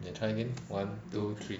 K try again one two three